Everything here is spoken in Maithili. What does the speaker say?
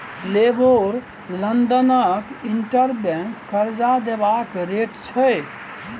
लेबोर लंदनक इंटर बैंक करजा देबाक रेट छै